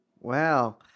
Wow